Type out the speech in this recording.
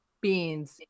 beans